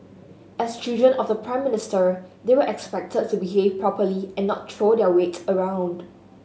as children of the Prime Minister they were expected to behave properly and not throw their weight around